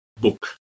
book